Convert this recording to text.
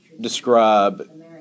describe